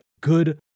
good